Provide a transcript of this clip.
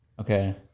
Okay